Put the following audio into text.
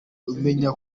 umenya